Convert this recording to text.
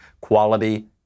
quality